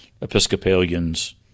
Episcopalians